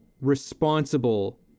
responsible